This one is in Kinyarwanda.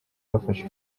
bafashe